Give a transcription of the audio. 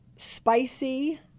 Spicy